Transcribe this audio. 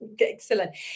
Excellent